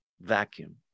Vacuum